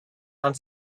and